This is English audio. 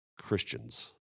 Christians